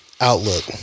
outlook